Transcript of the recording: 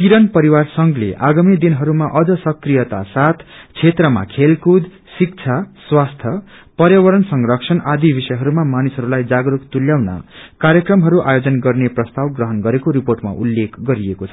किरण परिवार संघले आगामी दिनहस्बमा अझ सक्रियता साथ क्षेत्रमा खेलकूद शिक्षा स्वास्थ्य पर्यावरण संरक्षण आदि विषयहरूमा मानिसहरूलाई जागरूक तुल्याउन कार्यक्रमहरू आयोजन गर्ने प्रस्ताव ग्रहण गरेको रिर्पोटमा उल्लेख गरिएको छ